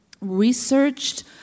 researched